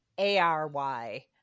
A-R-Y